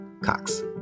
cox